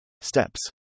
Steps